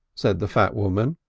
said the fat woman.